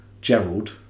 Gerald